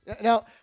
now